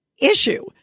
issue